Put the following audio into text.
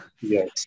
yes